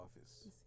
office